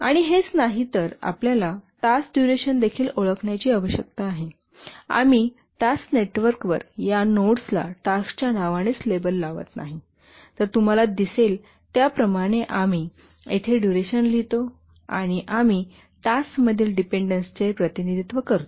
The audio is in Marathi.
आणि हेच नाही तर आपल्याला टास्क डुरेशन देखील ओळखण्याची आवश्यकता आहे आम्ही टास्क नेटवर्कवर या नोड्सला टास्कच्या नावानेच लेबल लावत नाही तर तुम्हाला दिसेल त्या प्रमाणे आम्ही येथे डुरेशन लिहितो आणि आम्ही टास्क मधील डिपेंडेंसचे प्रतिनिधित्व करतो